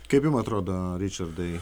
kaip jum atrodo ričardai